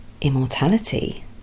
immortality